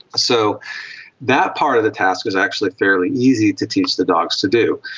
so that part of the task is actually fairly easy to teach the dogs to do.